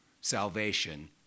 salvation